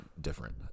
different